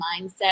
mindset